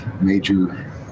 major